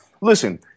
listen